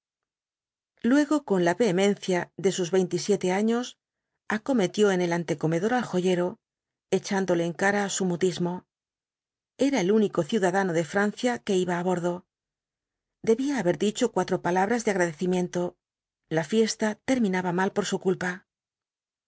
luego con la vehemencia de sus veintisiete años acometió en el antecomedor al joyero echándole en cara su mutismo era el único ciudadano de francia que iba á bordo debía haber dicho cuatro palabras de agradecimiento la fiesta terminaba mal por su culpa